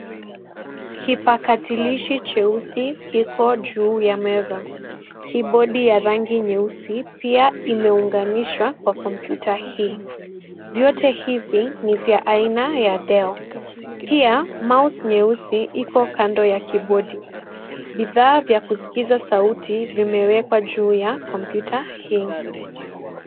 Kipakatalishi cheusi kiko juu meza. Kibodi ya rangi nyeusi pia imeunganishwa kwa kompyuta hii. Vyote hivi ni vya aina ya Dell. Pia mouse nyeusi iko kando ya kibodi. Vifaa vya kusikiza sauti vimewekwa juu ya kompyuta hii.